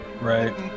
Right